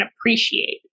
appreciate